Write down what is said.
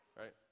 right